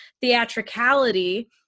theatricality